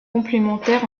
complémentaire